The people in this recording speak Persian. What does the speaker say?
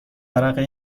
ورقه